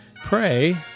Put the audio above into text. Pray